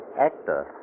actor